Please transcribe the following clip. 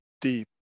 deep